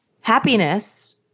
Happiness